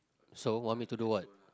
so want me to do what